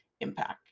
impact